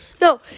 No